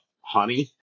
honey